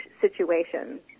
situations